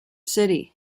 city